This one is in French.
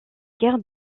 guerres